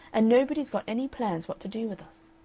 and nobody's got any plans what to do with us.